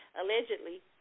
allegedly